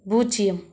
பூஜ்ஜியம்